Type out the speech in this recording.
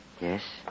Yes